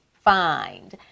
Find